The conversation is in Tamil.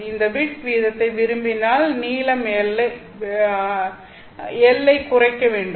அதிக பிட் வீதத்தை விரும்பினால் நீளம் L ஐ குறைக்க வேண்டும்